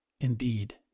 indeed